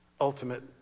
ultimate